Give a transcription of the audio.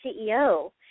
CEO